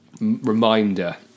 reminder